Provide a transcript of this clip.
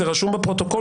זה רשום בפרוטוקול.